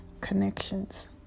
connections